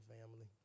family